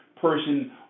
person